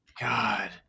God